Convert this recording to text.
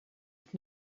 het